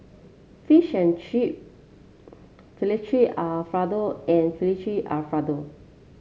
fish and Chip Fettuccine Alfredo and Fettuccine Alfredo